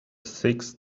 sixth